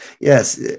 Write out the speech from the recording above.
Yes